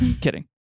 Kidding